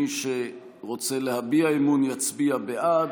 מי שרוצה להביע אמון יצביע בעד,